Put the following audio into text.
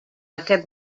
aquest